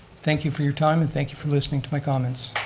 thank you for your time and thank you for listening to my comments.